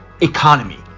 economy